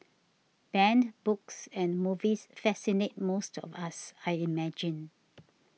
banned books and movies fascinate most of us I imagine